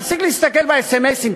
תפסיק להסתכל באס.אם.אסים,